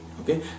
okay